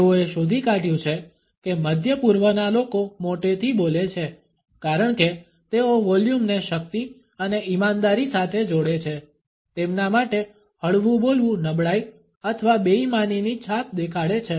તેઓએ શોધી કાઢ્યું છે કે મધ્ય પૂર્વના લોકો મોટેથી બોલે છે કારણ કે તેઓ વોલ્યુમને શક્તિ અને ઈમાનદારી સાથે જોડે છે તેમના માટે હળવું બોલવું નબળાઈ અથવા બેઈમાનીની છાપ દેખાડે છે